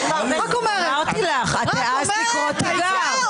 אמרתי לך, את העזת לקרוא תיגר.